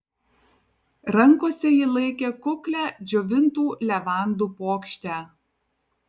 rankose ji laikė kuklią džiovintų levandų puokštę